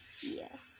Yes